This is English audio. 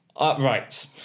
right